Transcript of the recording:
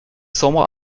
sobre